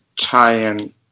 tie-in